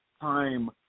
time